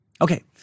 okay